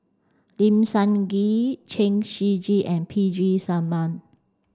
Lim Sun Gee Chen Shiji and P G Selvam